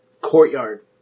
Courtyard